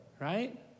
right